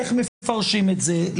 איך מפרשים את זה,